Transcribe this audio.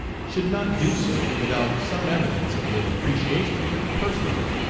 should not do so without some evidence of their appreciation of him personally,